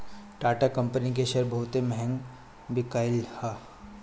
Tata company के शेयर बहुते महंग बिकाईल हअ